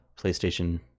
PlayStation